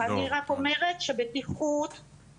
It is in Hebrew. עצירה